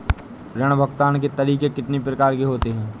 ऋण भुगतान के तरीके कितनी प्रकार के होते हैं?